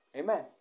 Amen